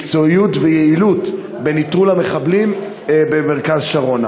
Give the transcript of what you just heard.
מקצועיות ויעילות בנטרול המחבלים במתחם שרונה.